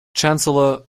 chancellor